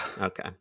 Okay